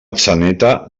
atzeneta